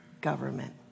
government